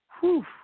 Whew